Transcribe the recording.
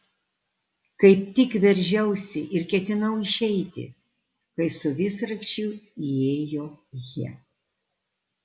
kaip tik veržiausi ir ketinau išeiti kai su visrakčiu įėjo jie